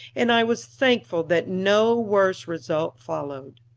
and i was thankful that no worse result followed.